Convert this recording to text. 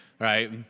Right